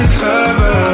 cover